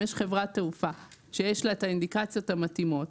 אם יש חברת תעופה שיש לה את האינדיקציות המתאימות,